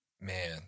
man